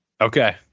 Okay